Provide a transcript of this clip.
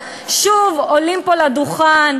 שהציגו רק צד אחד של המטבע.